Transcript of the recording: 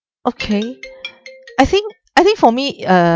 okay I think I think for me uh